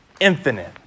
infinite